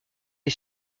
est